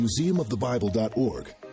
museumofthebible.org